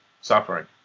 suffering